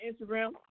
Instagram